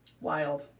Wild